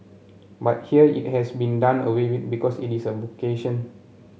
but here it has been done away with because it is a vocation